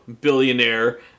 billionaire